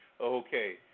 Okay